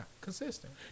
consistent